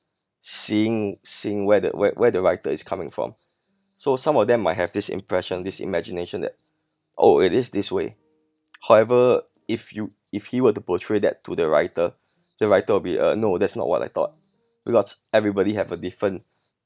seeing seeing whether where where the writer is coming from so some of them might have this impression this imagination that oh it is this way however if you if he were to portray that to the writer the writer will be uh no that's not what I thought lots everybody have a different